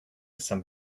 some